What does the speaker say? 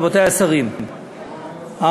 רבותי השרים,